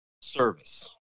service